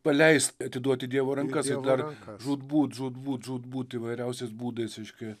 paleist atiduot į dievo rankas ir dar žūtbūt žūtbūt žūtbūt įvairiausiais būdais reiškia